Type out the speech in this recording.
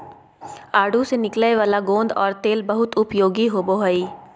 आडू से निकलय वाला गोंद और तेल बहुत उपयोगी होबो हइ